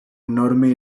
enorme